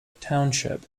township